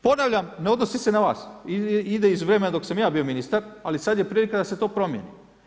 Ponavljam, ne odnosi se na vas, ide iz vremena dok sam ja bio ministar, ali sad je prilika da se to promijeni.